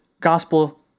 gospel